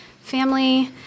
family